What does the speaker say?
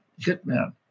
hitman